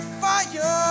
fire